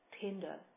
tender